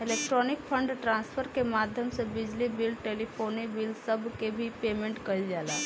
electronic fund transfer के माध्यम से बिजली बिल टेलीफोन बिल सब के भी पेमेंट कईल जाला